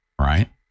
right